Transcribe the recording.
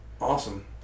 Awesome